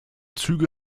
züge